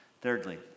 Thirdly